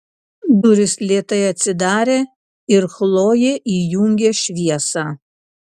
durys lėtai atsidarė ir chlojė įjungė šviesą